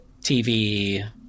TV